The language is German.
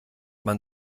man